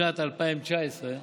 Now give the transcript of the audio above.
בשנת 2019,